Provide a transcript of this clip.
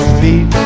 feet